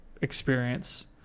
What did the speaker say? experience